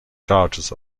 charges